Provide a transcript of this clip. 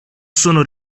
sono